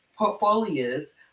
Portfolio's